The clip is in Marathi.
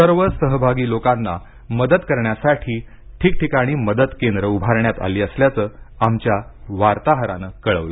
सर्व सहभागी लोकांना मदत करण्यासाठीठिकठिकाणी मदत केंद्र उभारण्यात आली असल्याचं आमच्या वार्ताहरानं सांगितलं